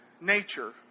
nature